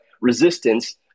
resistance